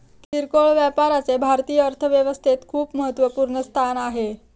किरकोळ व्यापाराचे भारतीय अर्थव्यवस्थेत खूप महत्वपूर्ण स्थान आहे